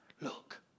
look